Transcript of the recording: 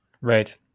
Right